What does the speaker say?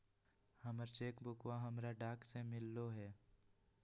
हमर चेक बुकवा हमरा डाक से मिललो हे